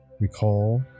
recall